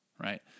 right